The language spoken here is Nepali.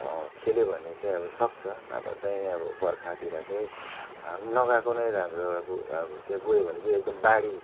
खेल्यो भने चाहिँ अब सक्छ नभए चाहिँ अब बर्खातिर चाहिँ नगएको नै राम्रो अब अब त्यहाँ गयो भने चाहिँ एकदम बाढी